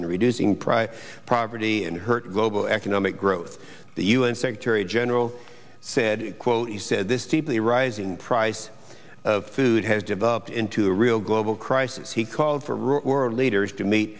in reducing private property and hurt global economic growth the u n secretary general said quote he said this deeply rising price of food has developed into a real global crisis he called for world leaders to me